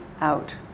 out